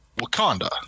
Wakanda